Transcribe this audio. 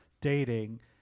dating